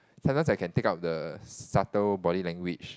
sometimes I can take out the subtle body language